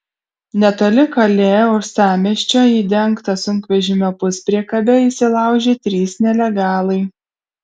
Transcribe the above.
netoli kalė uostamiesčio į dengtą sunkvežimio puspriekabę įsilaužė trys nelegalai